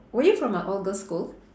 were you from a all girls' school